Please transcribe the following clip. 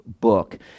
book